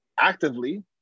actively